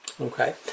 Okay